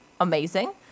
amazing